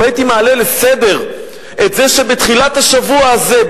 אם הייתי מעלה לסדר-היום את זה שבתחילת השבוע הזה,